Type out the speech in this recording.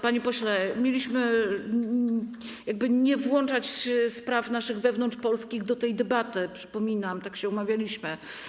Panie pośle, mieliśmy nie włączać spraw naszych wewnątrzpolskich do tej debaty, przypominam, tak się umawialiśmy.